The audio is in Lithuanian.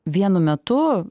vienu metu